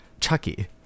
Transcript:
Chucky